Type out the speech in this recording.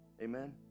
Amen